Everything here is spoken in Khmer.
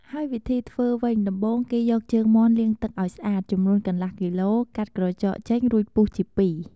ហើយវិធីធ្វើវិញ ដំបូងគេយកជើងមាន់លាងទឹកឱ្យស្អាតចំនួនកន្លះគីឡូ កាត់ក្រចកចេញ រួចពុះជាពីរ។